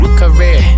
career